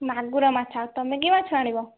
ମାଗୁର ମାଛ ତୁମେ କି ମାଛ ଆଣିବ